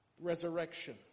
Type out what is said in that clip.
resurrection